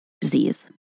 disease